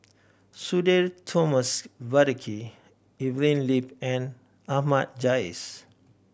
Sudhir Thomas Vadake Evelyn Lip and Ahmad Jais